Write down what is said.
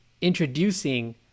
introducing